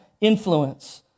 influence